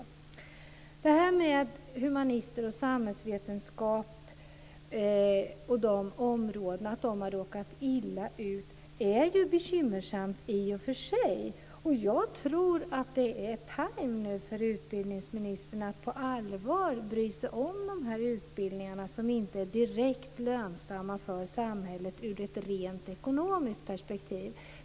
Att områdena humaniora och samhällsvetenskap har råkat illa ut är i och för sig bekymmersamt. Jag tror att det nu är tid för utbildningsministern att på allvar bry sig om dessa utbildningar som inte är direkt lönsamma för samhället ur ett rent ekonomiskt perspektiv.